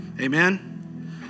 Amen